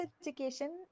education